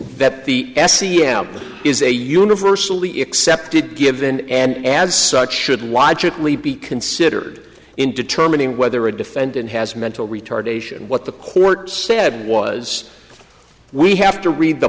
that the s c m is a universally accepted given and as such should watch it really be considered in determining whether a defendant has mental retardation what the court said was we have to read the